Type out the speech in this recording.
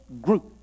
group